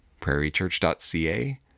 prairiechurch.ca